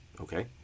okay